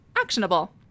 actionable